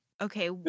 Okay